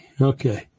Okay